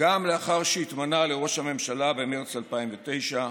גם לאחר שהתמנה לראש הממשלה, במרץ 2009,